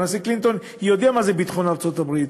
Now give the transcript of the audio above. והנשיא קלינטון יודע מה זה ביטחון ארצות-הברית.